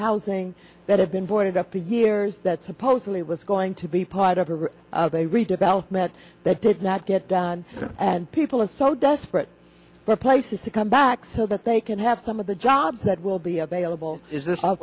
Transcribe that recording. housing that have been boarded up for years that supposedly was going to be part of of of a redevelopment that did not get done and people are so desperate for places to come back so that they can have some of the jobs that will be available is this